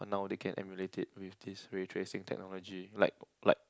but now they can emulate it with this retracing technology like like